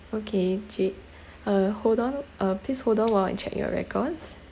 okay jade uh hold on uh please hold on while I check your records